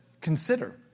consider